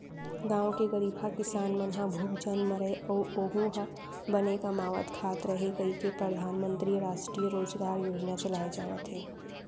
गाँव के गरीबहा किसान मन ह भूख झन मरय अउ ओहूँ ह बने कमावत खात रहय कहिके परधानमंतरी रास्टीय रोजगार योजना चलाए जावत हे